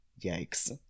Yikes